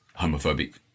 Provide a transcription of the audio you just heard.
homophobic